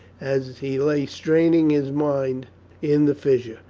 as he lay straining his mind in the fissure,